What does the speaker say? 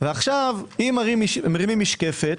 אם מרימים משקפת,